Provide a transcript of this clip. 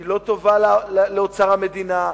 היא לא טובה לאוצר המדינה,